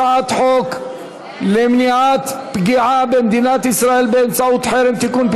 הצעת חוק למניעת פגיעה במדינת ישראל באמצעות חרם (תיקון,